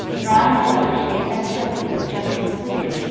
drying a letter she had evidently but just completed,